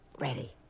Ready